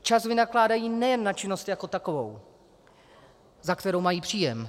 Čas vynakládají nejen na činnost jako takovou, za kterou mají příjem.